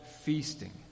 feasting